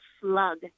slug